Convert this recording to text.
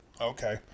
Okay